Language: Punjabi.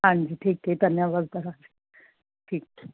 ਹਾਂਜੀ ਠੀਕ ਹੈ ਧੰਨੇਆਵਾਦ ਤੁਹਾਡਾ ਠੀਕ ਏ